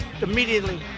immediately